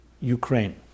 Ukraine